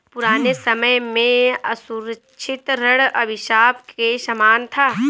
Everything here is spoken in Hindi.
पुराने समय में असुरक्षित ऋण अभिशाप के समान था